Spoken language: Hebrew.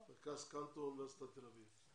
מרכז קנטור, אוניברסיטת תל אביב.